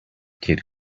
kid